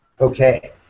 Okay